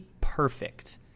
perfect